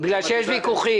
כי יש ויכוחים.